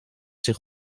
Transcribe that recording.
zich